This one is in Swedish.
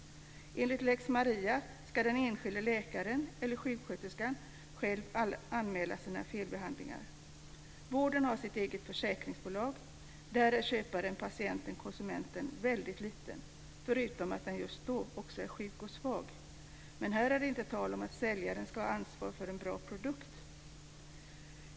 Enligt lex Maria ska den enskilde läkaren eller sjuksköterskan själv anmäla sina felbehandlingar. Vården har sitt eget försäkringsbolag. Där är köparen, patienten, konsumenten, väldigt liten, förutom att den just då också är sjuk och svag. Men här är det inte tal om att säljaren ska ha ansvar för en bra produkt.